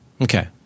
Okay